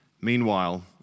Meanwhile